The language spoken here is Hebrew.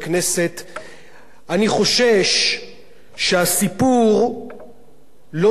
אני חושש שהסיפור לא נגמר ולא נפתר,